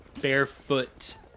barefoot